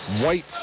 white